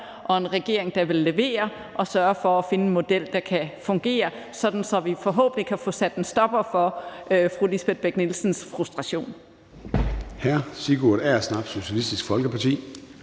og en regering, der vil levere og sørge for at finde en model, der kan fungere, sådan at vi forhåbentlig kan få sat en stopper for fru Lisbeth Bech-Nielsens frustration.